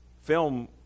film